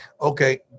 Okay